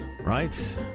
Right